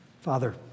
Father